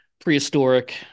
prehistoric